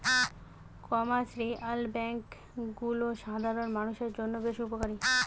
commercial bank গুলা সাধারণ মানুষের জন্য বেশ উপকারী